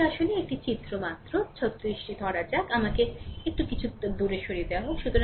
এটি আসলে চিত্র মাত্র 36 টি ধরে রাখা যাক আমাকে এটি কিছুটা দূরে সরিয়ে দেওয়া হোক